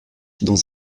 dans